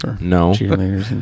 No